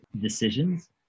decisions